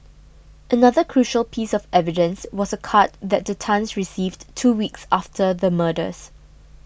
another crucial piece of evidence was a card that the Tans received two weeks after the murders